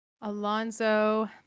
Alonso